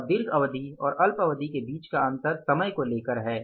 और दीर्घ अवधि और अल्प अवधि के बीच का अंतर समय को लेकर है